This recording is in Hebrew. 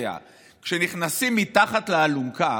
יודע: כשנכנסים מתחת לאלונקה,